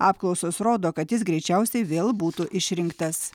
apklausos rodo kad jis greičiausiai vėl būtų išrinktas